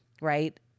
right